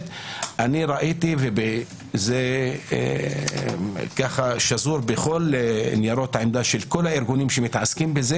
ראיתי וזה שזור בכל ניירות העמדה של כל הארגונים שמתעסקים בכך